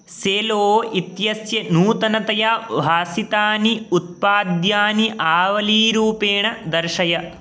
सेलो इत्यस्य नूतनतया भासितानि उत्पाद्यानि आवलीरूपेण दर्शय